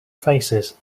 faces